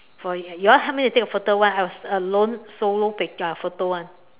for you all help me to take a photo one I was alone solo picture uh photo [one]